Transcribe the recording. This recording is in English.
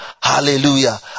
Hallelujah